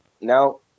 now